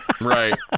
Right